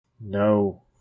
No